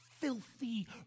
filthy